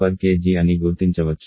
39 kJkg అని గుర్తించవచ్చు